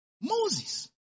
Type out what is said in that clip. Moses